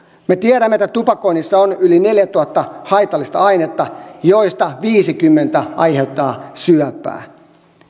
me tiedämme että tupakassa on yli neljätuhatta haitallista ainetta joista viisikymmentä aiheuttaa syöpää